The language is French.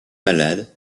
malade